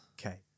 Okay